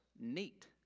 neat